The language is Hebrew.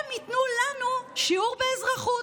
הם ייתנו לנו שיעור באזרחות,